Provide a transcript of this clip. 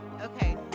okay